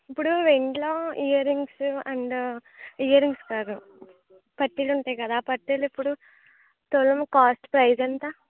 ఇప్పుడు వెండిలో earrings and earrings కాదు పట్టీలు ఉంటాయి గదా ఆ పట్టీలు ఇప్పుడు తులము కాస్ట్ ప్రైస్ ఎంత